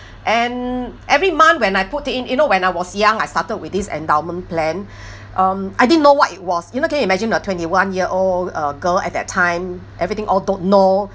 and every month when I put in you know when I was young I started with this endowment plan um I didn't know what it was you know can you imagine a twenty one year old uh girl at that time everything all don't know